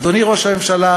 אדוני ראש הממשלה,